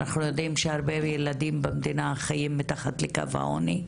אנחנו יודעים שהרבה ילדים במדינה חיים מתחת לקו העוני,